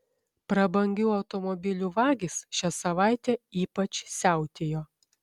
prabangių automobilių vagys šią savaitę ypač siautėjo